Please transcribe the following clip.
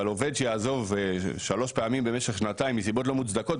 אבל עובד שיעזוב שלוש פעמים במשך שנתיים מסיבות לא מוצדקות,